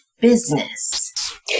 business